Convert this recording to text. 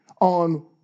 on